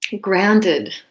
grounded